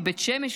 מבית שמש,